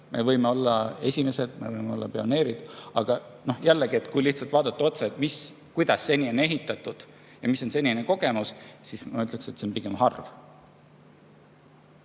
me võime olla esimesed, me võime olla pioneerid, aga jällegi, kui vaadata, kuidas neid seni on ehitatud ja mis on senine kogemus, siis ma ütleksin, et see on pigem harv.